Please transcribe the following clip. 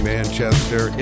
Manchester